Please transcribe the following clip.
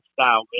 style